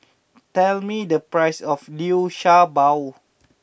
tell me the price of Liu Sha Bao